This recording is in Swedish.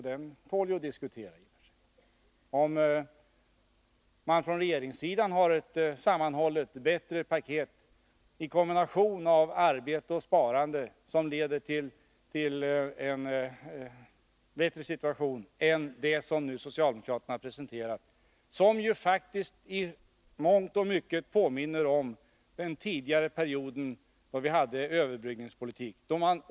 Det tål att diskuteras om inte regeringen har ett bättre och mer sammanhållet paket med en kombination av arbete och sparande. Det leder säkerligen till en bättre situation än socialdemokraternas paket skulle göra. Det senare påminner faktiskt i mångt och mycket om vad som uträttades under överbryggningspolitikens tid.